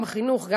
גם בחינוך,